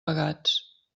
pagats